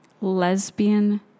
lesbian